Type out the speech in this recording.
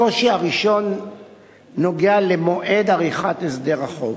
הקושי הראשון נוגע למועד עריכת הסדר החוב.